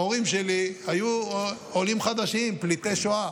ההורים שלי היו עולים חדשים, פליטי שואה,